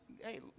hey